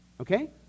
okay